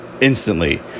instantly